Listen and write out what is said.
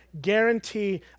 guarantee